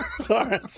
Sorry